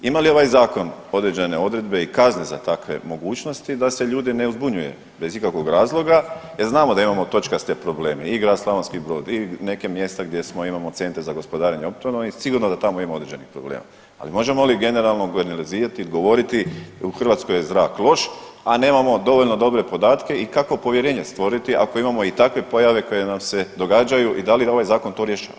Ima li ovaj zakon određene odredbe i kazne za takve mogućnosti da se ljude ne uzbunjuje bez ikakvog razloga jer znamo da imamo točkaste probleme i grad Slavonski Brod i neke mjesta gdje smo, imamo centre za gospodarenje otpadom i sigurno da tamo ima određenih problema, ali možemo li generalno analizirati i odgovoriti u Hrvatskoj je zrak loš, a nemamo dovoljno dobre podatke i kako povjerenje stvoriti ako imamo i takve pojave koje nam se događaju i da li ovaj zakon to rješava.